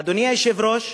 אדוני היושב-ראש,